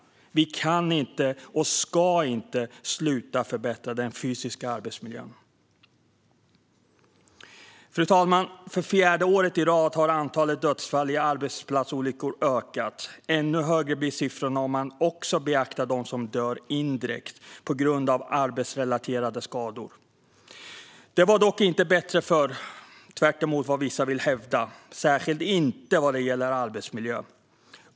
Vi kan inte - och ska inte - sluta förbättra den fysiska arbetsmiljön. Fru talman! För fjärde året i rad har antalet dödsfall i arbetsplatsolyckor ökat. Ännu högre blir siffrorna om man också beaktar dem som dör av indirekta arbetsrelaterade skador. Det var dock inte bättre förr, tvärtemot vad vissa vill hävda, särskilt inte vad gäller arbetsmiljö.